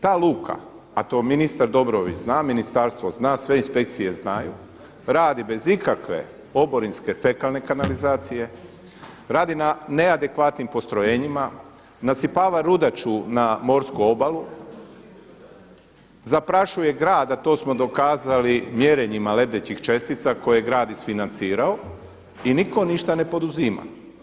Ta luka, a to ministar Dobrović zna, ministarstvo zna, sve inspekcije znaju radi bez ikakve oborinske fekalne kanalizacije, radi na neadekvatnim postrojenjima, nasipava rudaču na morsku obalu, zaprašuje grad a to smo dokazali mjerenjima lebdećih čestica koje je grad isfinancirao i nitko ništa ne poduzima.